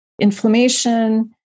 inflammation